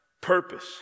purpose